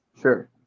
Sure